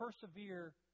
persevere